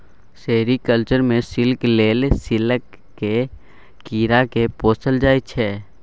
sericulture मे silk लेल सिल्कक कीरा केँ पोसल जाइ छै